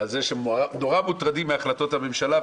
על זה שהם נורא מוטרדים מהחלטות הממשלה.